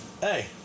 Hey